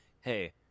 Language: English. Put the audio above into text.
hey